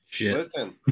Listen